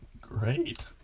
great